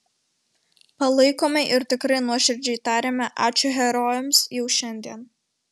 palaikome ir tikrai nuoširdžiai tariame ačiū herojams jau šiandien